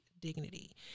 dignity